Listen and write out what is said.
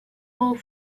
more